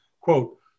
Quote